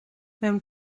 mewn